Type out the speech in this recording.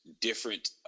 different